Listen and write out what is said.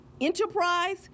enterprise